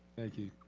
thank you.